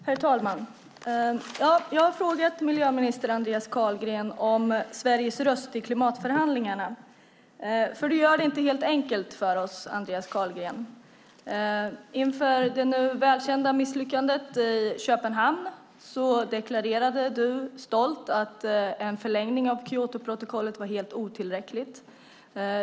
Herr talman! Jag har frågat miljöminister Andreas Carlgren om Sveriges röst i klimatförhandlingarna. Du gör det inte helt enkelt för oss, Andreas Carlgren. Inför det nu välkända misslyckandet i Köpenhamn deklarerade du stolt att en förlängning av Kyotoprotokollet var helt otillräckligt.